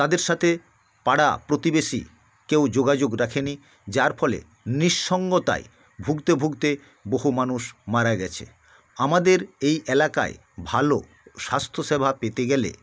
তাদের সাথে পাড়া প্রতিবেশী কেউ যোগাযোগ রাখে নি যার ফলে নিঃসঙ্গতায় ভুগতে ভুগতে বহু মানুষ মারা গেছে আমাদের এই এলাকায় ভালো স্বাস্থ্যসেবা পেতে গেলে